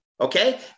okay